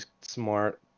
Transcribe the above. smart